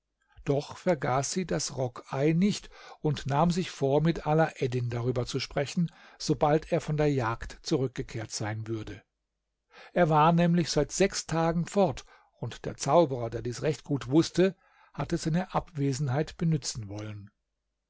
doch vergaß sie das rockei nicht und nahm sich vor mit alaeddin darüber zu sprechen sobald er von der jagd zurückgekehrt sein würde er war nämlich seit sechs tagen fort und der zauberer der dies recht gut wußte hatte seine abwesenheit benützen wollen